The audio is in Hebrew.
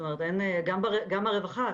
גם ברווחה.